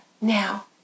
now